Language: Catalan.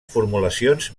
formulacions